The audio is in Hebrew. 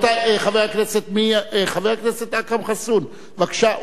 חבר הכנסת אכרם חסון, בבקשה.